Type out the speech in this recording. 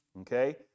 Okay